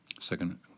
Second